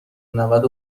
نود